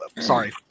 sorry